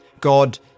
God